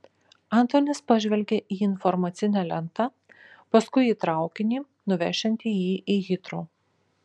antonis pažvelgė į informacinę lentą paskui į traukinį nuvešiantį jį į hitrou